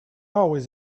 always